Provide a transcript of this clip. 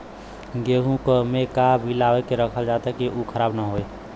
गेहूँ में का मिलाके रखल जाता कि उ खराब न हो?